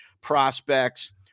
prospects